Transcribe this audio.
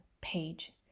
page